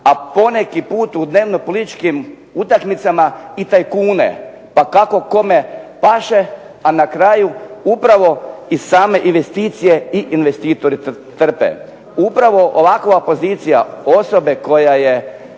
a poneki put u dnevno političkim utakmicama i tajkune, pa kako kome paše, a na kraju upravo i same investicije i investitori trpe. Upravo ovakva pozicija osobe koja je